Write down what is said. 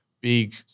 big –